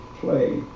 play